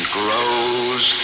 grows